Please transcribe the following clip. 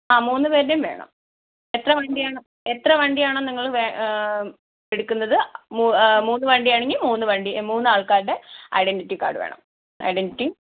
ആ മൂന്ന് പേരുടേയും വേണം എത്ര വണ്ടിയാണോ എത്ര വണ്ടിയാണോ നിങ്ങൾ എടുക്കുന്നത് മൂന്ന് വണ്ടി ആണെങ്കിൽ മൂന്ന് വണ്ടി മൂന്ന് ആൾക്കാരുടെ ഐഡൻ്റിറ്റി കാർഡ് വേണം ഐഡൻ്റിറ്റിയും